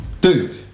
Dude